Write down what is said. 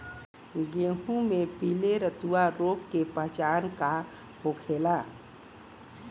गेहूँ में पिले रतुआ रोग के पहचान का होखेला?